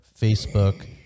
Facebook